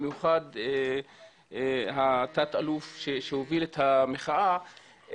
במיוחד תא"ל שהוביל את המחאה,